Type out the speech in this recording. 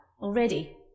already